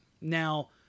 Now